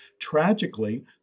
Tragically